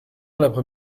l’après